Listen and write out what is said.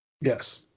Yes